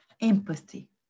Empathy